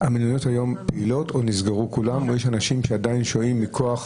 המלוניות היום פעילות או נסגרו כולם או יש אנשים שעדיין שוהים מכוח